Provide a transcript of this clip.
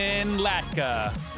Latka